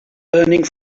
burning